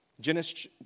Genesis